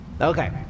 Okay